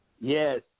Yes